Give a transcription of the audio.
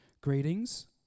greetings